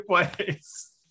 place